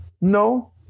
No